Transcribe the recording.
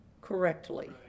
correctly